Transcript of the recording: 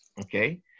Okay